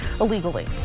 illegally